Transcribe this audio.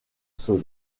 solo